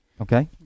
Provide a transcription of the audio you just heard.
Okay